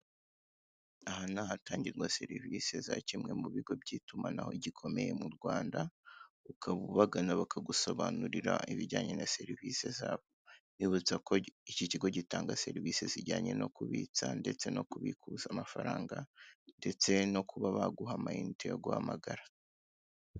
Aha ni ahatangirwa serivisi za kimwe mu bigo by'itumanaho gikomeye mu Rwanda; ukaba ubagana bakagusobanurira ibijyanye na serivisi zabo; mbibutsa ko iki kigo gitanga serivisi zijyanye no kubitsa no kubikuza amafaranga, ndetse no kuba baguha amayinite yo guhamagara.